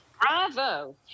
Bravo